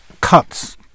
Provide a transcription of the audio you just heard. cuts